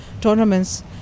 tournaments